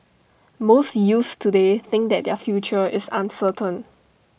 most youths today think that their future is uncertain